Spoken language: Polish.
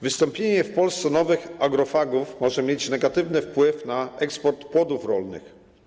Wystąpienie w Polsce nowych agrofagów może mieć negatywny wpływ na eksport płodów rolnych.